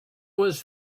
was